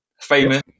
famous